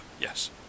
yes